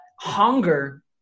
hunger